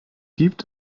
gibt